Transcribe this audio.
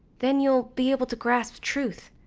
then you'll be able to grasp truth.